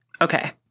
Okay